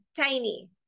tiny